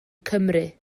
cymru